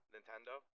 Nintendo